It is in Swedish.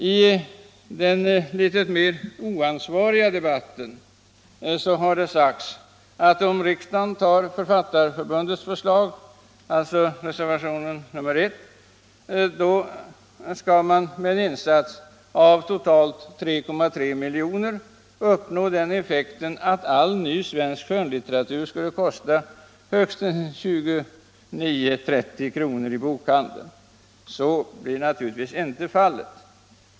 I den litet mer oansvariga debatten har det sagts att om riksdagen antar Författarförbundets styrelses förslag — alltså reservationen 1 — skall man med en insats av totalt 3,3 milj.kr. uppnå den effekten att all ny svensk skönlitteratur skulle kosta högst 29-30 kr. i bokhandeln. Så blir naturligtvis inte fallet.